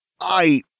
I—